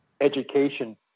education